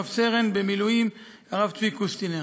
רב-סרן במילואים הרב צבי קוסטינר.